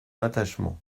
attachement